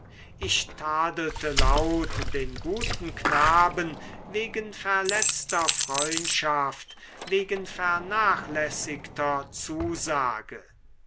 ich tadelte laut den guten knaben wegen verletzter freundschaft wegen vernachlässigter zusage